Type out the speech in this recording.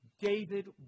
David